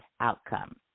outcome